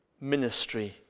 ministry